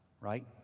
right